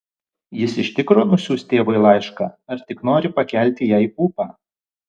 jis iš tikro nusiųs tėvui laišką ar tik nori pakelti jai ūpą